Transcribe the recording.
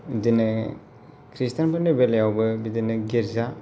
बिदिनो खृष्टियानफोरनि बेलायावबो बिदिनो गिरजा